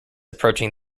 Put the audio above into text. approaching